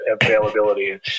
availability